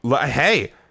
Hey